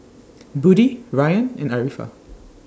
Budi Rayyan and Arifa